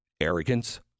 Arrogance